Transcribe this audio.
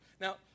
Now